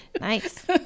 Nice